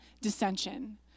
dissension